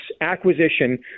acquisition